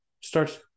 starts